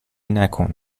نکن